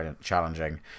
challenging